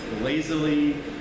lazily